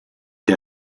der